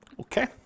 Okay